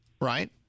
right